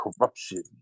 corruption